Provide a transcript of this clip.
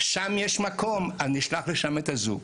יש מקום אני לא אשלח לשם את הזוגות,